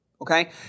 okay